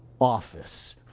office